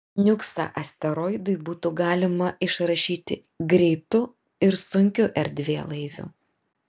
niuksą asteroidui būtų galima išrašyti greitu ir sunkiu erdvėlaiviu